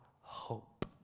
hope